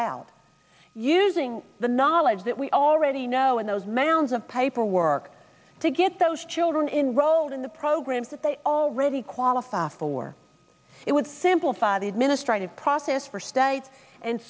out using the knowledge that we already know and those mounds of paperwork to get those children in rolled in the programs that they already qualify for it would simplify the administrative process for states and